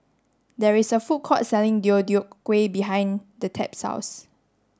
there is a food court selling Deodeok Gui behind the Tab's house